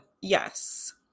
yes